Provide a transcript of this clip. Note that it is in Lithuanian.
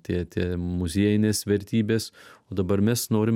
tie tie muziejinės vertybės o dabar mes norim